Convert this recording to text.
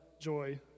joy